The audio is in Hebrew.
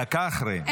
דקה אחרי.